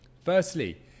Firstly